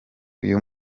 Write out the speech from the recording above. uyu